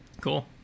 Cool